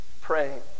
praying